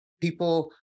people